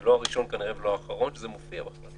ולא הראשון כנראה, ולא האחרון, שזה מופיע בחוק.